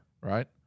Right